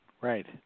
Right